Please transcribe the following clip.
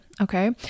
Okay